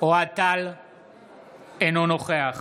אינו נוכח